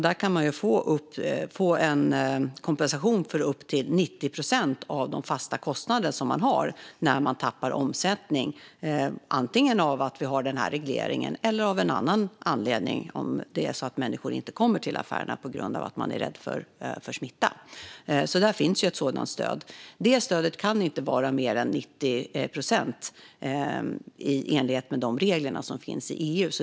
Där kan man få en kompensation för upp till 90 procent av de fasta kostnader som man har när man tappar omsättning antingen av att vi har den här regleringen eller av en annan anledning, till exempel att människor inte kommer till affärerna på grund av att de är rädda för smitta. Det finns alltså ett sådant stöd. Det stödet kan inte vara mer än 90 procent i enlighet med de regler som finns i EU.